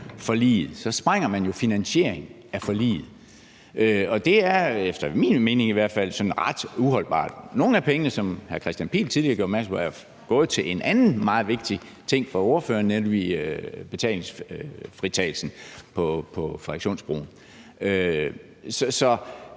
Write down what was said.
forliget, så sprænger man jo finansiering af forliget. Det er efter min mening i hvert fald sådan ret uholdbart. Nogle af pengene er jo, som hr. Kristian Pihl Lorentzen tidligere gjorde opmærksom på, gået til en anden meget vigtig ting for ordføreren, nemlig betalingsfritagelsen på Frederikssundsbroen. Så